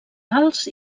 alts